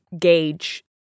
gauge